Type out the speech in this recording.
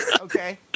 Okay